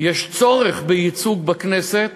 יש צורך בייצוג בכנסת,